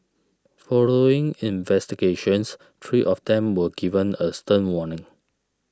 following investigations three of them were given a stern warning